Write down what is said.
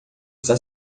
está